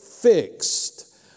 fixed